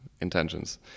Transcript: intentions